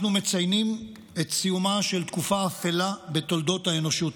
מציינים את סיומה של תקופה אפלה בתולדות האנושות.